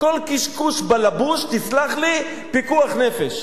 כל קשקוש-בלבוש, תסלח לי, פיקוח נפש.